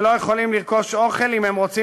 קשישים שלא יכולים לרכוש אוכל אם הם רוצים